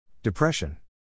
Depression